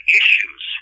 issues